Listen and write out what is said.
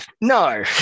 No